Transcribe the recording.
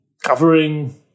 covering